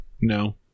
No